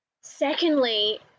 Secondly